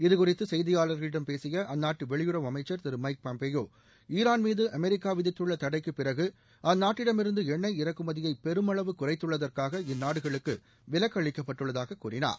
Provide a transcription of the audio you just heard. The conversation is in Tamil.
இது குறித்து செய்தியாளர்களிடம் பேசிய அந்நாட்டு வெளியுறவு அமைச்சர் திரு மைக் பாம்பியோ ஈரான் மீது அமெரிக்கா விதித்துள்ள தடைக்கு பிறகு அந்நாட்டிடமிருந்து எண்ணெய் இறக்குமதியை பெருமளவு குறைத்துள்ளதற்காக இந்நாடுகளுக்கு விலக்களிக்கப்பட்டுள்ளதாக கூறினார்